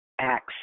Acts